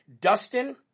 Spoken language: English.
Dustin